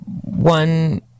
one